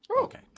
Okay